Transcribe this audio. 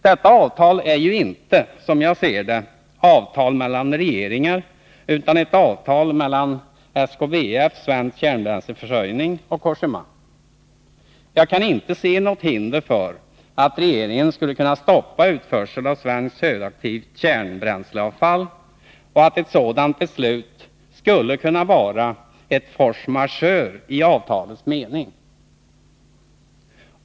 Detta avtal är ju inte, som jag ser det, ett avtal mellan regeringar utan ett avtal mellan SKBF, Svensk kärnbränsleförsörjning, och Cogéma. Jag kan inte se något hinder för att regeringen skulle kunna stoppa utförsel av svenskt högaktivt kärnbränsleavfall och att ett sådant beslut skulle kunna vara force majeure i avtalets mening.